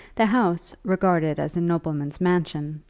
the house, regarded as a nobleman's mansion,